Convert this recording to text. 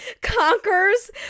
conquers